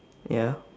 ya